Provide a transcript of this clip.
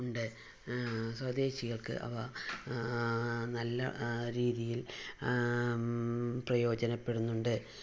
ഉണ്ട് സ്വദേശികൾക്ക് അവ നല്ല രീതിയിൽ പ്രയോജനപ്പെടുന്നുണ്ട്